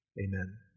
amen